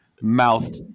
Mouth